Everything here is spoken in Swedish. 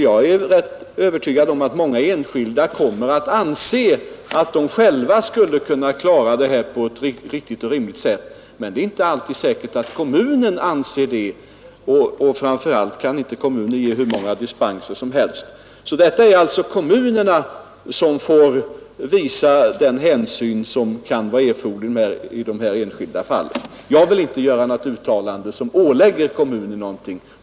Jag är rätt övertygad om att många enskilda kommer att anse att de själva skulle kunna klara detta på ett rimligt sätt, men det är inte alltid säkert att kommunen anser det. Framför allt kan inte kommunen begära hur många dispenser som helst. Kommunerna får alltså visa den hänsyn som kan vara erforderlig i de enskilda fallen. Jag vill inte göra något uttalande som ålägger kommunerna någonting.